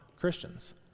Christians